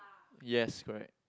yes correct